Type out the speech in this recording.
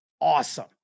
awesome